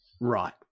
Right